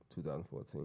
2014